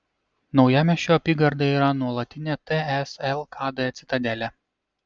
naujamiesčio apygarda yra nuolatinė ts lkd citadelė